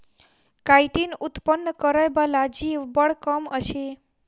chitin उत्पन्न करय बला जीव बड़ कम अछि